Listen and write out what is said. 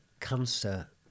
cancer